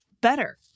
better